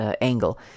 angle